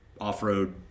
off-road